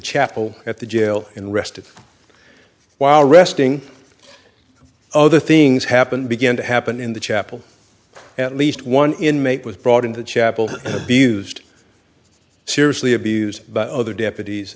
chapel at the jail and rested while resting other things happen begin to happen in the chapel at least one inmate was brought in the chapel abused seriously abused by other deputies